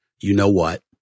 you-know-what